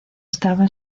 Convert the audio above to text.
estaban